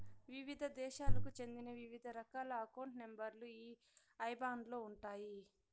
వివిధ దేశాలకు చెందిన వివిధ రకాల అకౌంట్ నెంబర్ లు ఈ ఐబాన్ లో ఉంటాయి